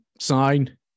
sign